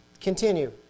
Continue